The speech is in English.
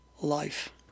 life